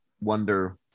wonder